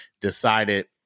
decided